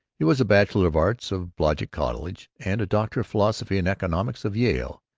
he was a bachelor of arts of blodgett college, and a doctor of philosophy in economics of yale.